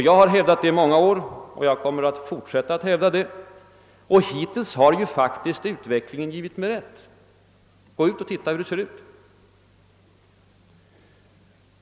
Jag har hävdat detta i många år och jag kommer att fortsätta att hävda det. Och hittills har utvecklingen givit mig rätt. Gå ut och se efter hur det ser ut!